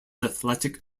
athletic